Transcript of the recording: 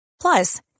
plus